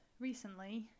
recently